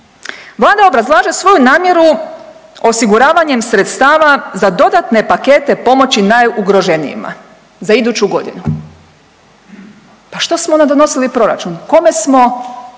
Vlada obrazlaže svoju namjeru osiguravanjem sredstava za dodatne pakete pomoći najugroženijima za iduću godinu. Pa što smo onda donosili proračun, kome smo